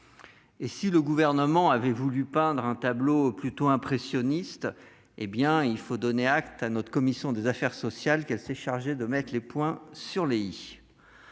Et si le Gouvernement avait voulu peindre un tableau plutôt impressionniste, la commission des affaires sociales s'est chargée de mettre les points sur les « i ».